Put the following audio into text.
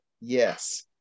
yes